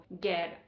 get